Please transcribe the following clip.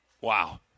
wow